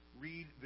read